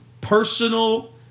personal